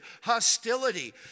hostility